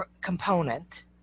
component